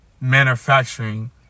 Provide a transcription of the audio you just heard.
manufacturing